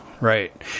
right